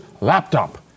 laptop